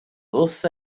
wrth